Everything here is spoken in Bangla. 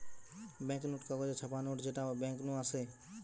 বেঙ্ক নোট কাগজে ছাপা নোট যেটা বেঙ্ক নু আসে